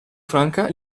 franca